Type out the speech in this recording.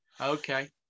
okay